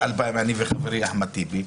אני וחברי אחמד טיבי,